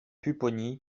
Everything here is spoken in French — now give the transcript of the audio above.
pupponi